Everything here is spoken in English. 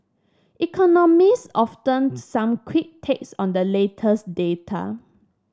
economists often some quick takes on the latest data